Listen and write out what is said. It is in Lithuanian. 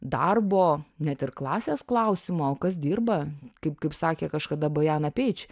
darbo net ir klasės klausimą o kas dirba kaip kaip sakė kažkada bajaną peidž